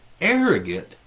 arrogant